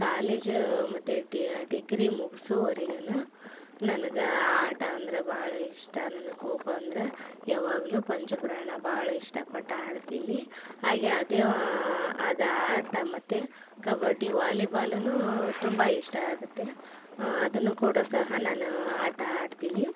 college ಮತ್ತು degree ಮುಗ್ಸುವರೆಗೂನು ನನ್ಗೆ ಆ ಆಟ ಅಂದ್ರೆ ಭಾಳ ಇಷ್ಟ ನನ್ಗೆ ಖೋ ಖೋ ಅಂದ್ರೆ ಯಾವಾಗಲೂ ಪಂಚಪ್ರಾಣ ಭಾಳ ಇಷ್ಟಪಟ್ಟು ಆಡ್ತೀನಿ ಹಾಗೆ ಅದೇ ಅದು ಆಟ ಮತ್ತು ಕಬಡ್ಡಿ ವಾಲಿಬಾಲನೂ ತುಂಬ ಇಷ್ಟ ಆಗುತ್ತೆ ಅದನ್ನು ಕೂಡ ಸಹ ನಾನು ಆಟ ಆಡ್ತೀನಿ